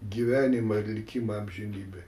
gyvenimą ir likimą amžinybėj